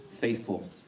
faithful